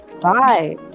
bye